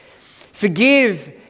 Forgive